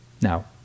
Now